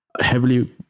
heavily